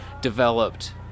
developed